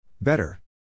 Better